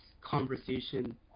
conversation